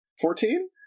Fourteen